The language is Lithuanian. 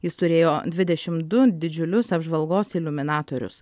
jis turėjo dvidešim du didžiulius apžvalgos iliuminatorius